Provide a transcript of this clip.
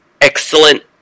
excellent